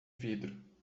vidro